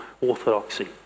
orthodoxy